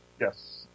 Yes